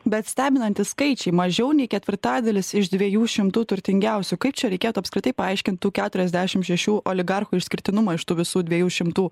bet stebinantys skaičiai mažiau nei ketvirtadalis iš dviejų šimtų turtingiausių kaip čia reikėtų apskritai paaiškint tų keturiasdešim šešių oligarchų išskirtinumą iš tų visų dviejų šimtų